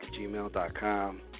gmail.com